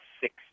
six